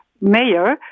mayor